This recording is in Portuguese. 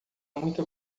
muito